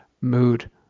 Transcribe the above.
mood